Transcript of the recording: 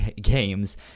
games